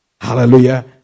Hallelujah